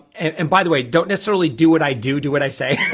and and by the way don't necessarily do what i do. do what i say